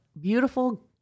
beautiful